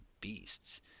beasts